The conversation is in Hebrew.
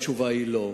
התשובה היא לא.